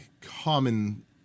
common